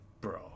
bro